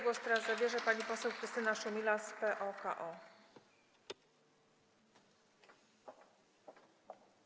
Głos teraz zabierze pani poseł Krystyna Szumilas, PO-KO.